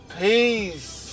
Peace